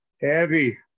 Heavy